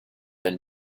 and